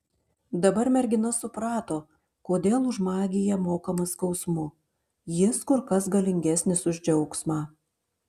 dabar mergina suprato kodėl už magiją mokama skausmu jis kur kas galingesnis už džiaugsmą